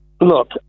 Look